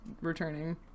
returning